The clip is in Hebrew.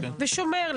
ושומר.